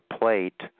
plate